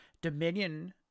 dominion